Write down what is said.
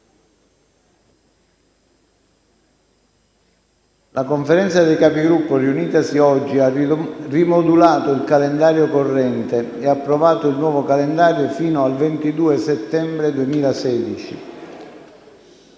La Conferenza dei Capigruppo, riunitasi oggi, ha rimodulato il calendario corrente e ha approvato il nuovo calendario fino al 22 settembre 2016.